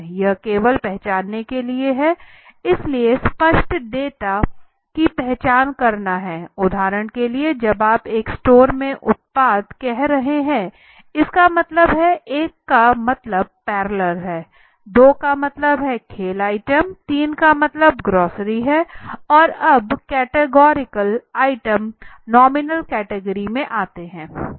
यह केवल पहचान करने के लिए है इसलिए स्पष्ट डेटा की पहचान करना है उदाहरण के लिए जब आप एक स्टोर में उत्पाद कह रहे हैं इसका मतलब है एक का मतलब पैरेलल है दो का मतलब है खेल आइटम तीन का मतलब ग्रोसरी है और सब कैटगोरियल आइटम नॉमिनी कैटेगरी में आते हैं